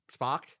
Spock